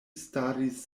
staris